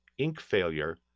ink failure,